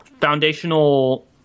foundational